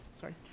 sorry